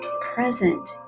present